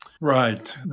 Right